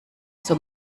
zur